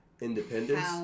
independence